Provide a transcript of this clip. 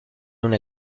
una